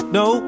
no